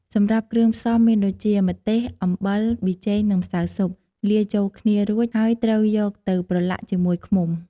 សម្រាប់គ្រឿងផ្សំមានដូចជា ម្ទេស អំបិល ប៊ីចេង និងម្សៅស៊ុប លាយចូលគ្នារួច ហើយត្រូវយកទៅប្រឡាក់ជាមួយឃ្មុំ។